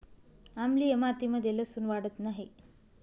आम्लीय मातीमध्ये लसुन वाढत नाही